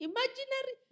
Imaginary